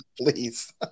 please